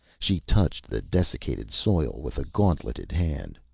she touched the dessicated soil with a gauntleted hand.